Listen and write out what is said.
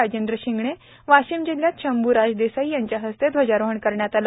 राजेंद्र शिंगणे वाशीम जिल्ह्यात शंभूराज देसाई यांच्या हस्ते ध्वजरोहन करण्यात आले